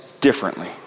differently